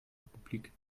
republik